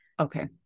Okay